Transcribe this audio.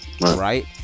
right